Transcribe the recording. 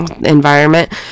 environment